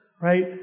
right